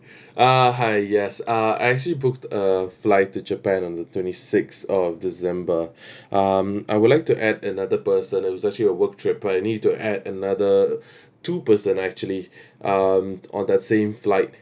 uh hi yes uh I actually booked a flight to japan on the twenty six of december um I would like to add another person it's actually a work trip I need to add another two person actually um on that same flight